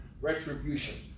Retribution